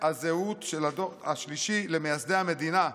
הזהות של הדור השלישי למייסדי המדינה.